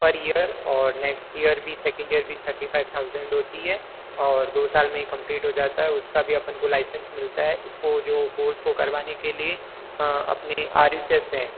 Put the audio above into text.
पर ईयर और next year भी सेकंड ईयर भी थर्टी फाइप थाउजेंड होती है और दो साल में ही कम्पलीट हो जाता है उसका भी अपन को लाइसेंस मिलता है इसको जो कोर्स को करवाने के लिए अपने आर यु एच एस हैं